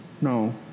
No